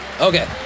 Okay